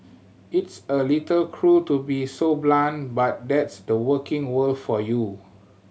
it's a little cruel to be so blunt but that's the working world for you